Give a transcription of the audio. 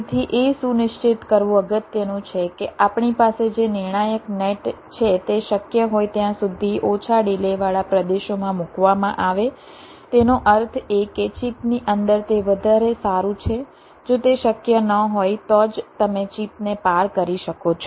તેથી એ સુનિશ્ચિત કરવું અગત્યનું છે કે આપણી પાસે જે નિર્ણાયક નેટ છે તે શક્ય હોય ત્યાં સુધી ઓછા ડિલે વાળા પ્રદેશોમાં મૂકવામાં આવે તેનો અર્થ એ કે ચિપની અંદર તે વધારે સારું છે જો તે શક્ય ન હોય તો જ તમે ચિપને પાર કરી શકો છો